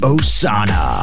Osana